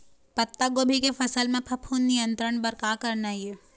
पत्तागोभी के फसल म फफूंद नियंत्रण बर का करना ये?